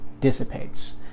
dissipates